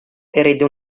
erede